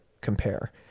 compare